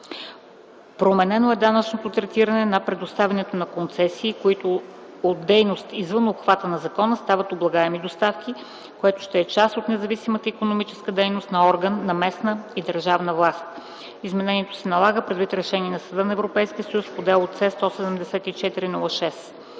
Променено е данъчното третиране на предоставянето на концесии, които от дейност извън обхвата на закона стават облагаема доставка, която ще е част от независимата икономическа дейност на орган на местна и държавна власт. Изменението се налага предвид решение на Съда на ЕС по дело С-174/06.